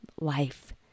life